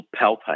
palpate